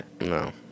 no